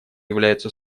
являются